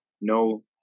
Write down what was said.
no